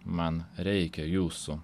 man reikia jūsų